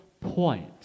point